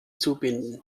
zubinden